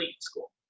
school